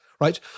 Right